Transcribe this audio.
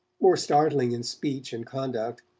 more startling in speech and conduct.